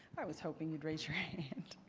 i was hoping you'd raise your hand.